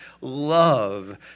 love